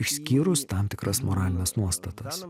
išskyrus tam tikras moralines nuostatas